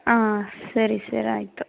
ಹಾಂ ಸರಿ ಸರ್ ಆಯಿತು